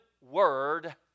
word